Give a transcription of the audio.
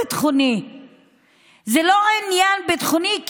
זה לא עניין ביטחוני.